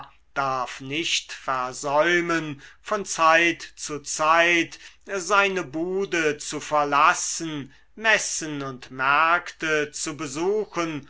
darf nicht versäumen von zeit zu zeit seine bude zu verlassen messen und märkte zu besuchen